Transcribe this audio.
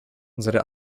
unsere